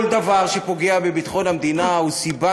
כל דבר שפוגע בביטחון המדינה הוא סיבה